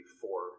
four